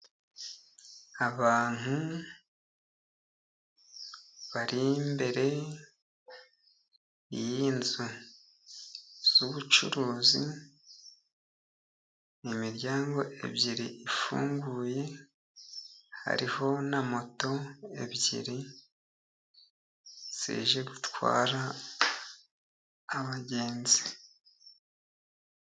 Abantu bari imbere y'inzu z'ubucuruzi. Imiryango ibiri ifunguye, hariho na moto ebyiri zije gutwara abagenzi.